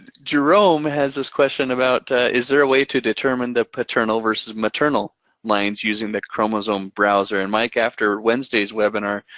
jerome has this question about, is there a way to determine the paternal versus maternal lines using the chromosome browser? and mike, after wednesday's webinar,